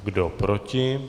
Kdo proti?